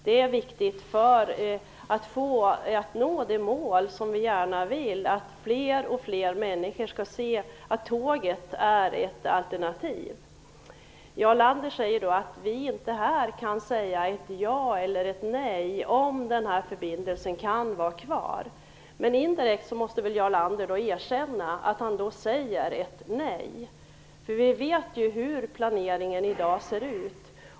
Det är viktigt för att vi skall nå det mål som vi gärna vill uppnå, dvs. att allt fler människor skall inse att tåget är ett alternativ. Jarl Lander menar att vi här inte kan säga ja eller nej till att den här förbindelsen kan vara kvar. Men indirekt måste väl Jarl Lander erkänna att han därmed säger nej. Vi vet ju hur planeringen i dag ser ut.